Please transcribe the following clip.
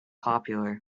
popular